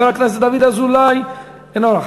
חבר הכנסת דוד אזולאי, אינו נוכח.